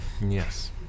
Yes